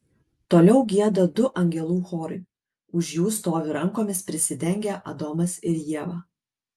toliau gieda du angelų chorai už jų stovi rankomis prisidengę adomas ir ieva